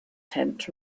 tent